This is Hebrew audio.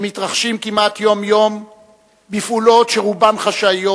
הם מתרחשים כמעט יום-יום בפעולות שרובן חשאיות,